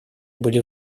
были